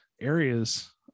areas